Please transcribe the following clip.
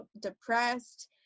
depressed